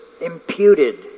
imputed